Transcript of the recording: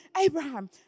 Abraham